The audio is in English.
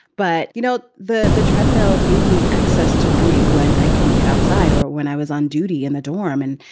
but, you know, the the treadmill gave me access to running when i can get outside or when i was on duty in the dorm and,